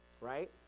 Right